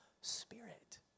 Spirit